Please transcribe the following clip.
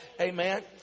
Amen